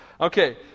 Okay